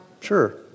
Sure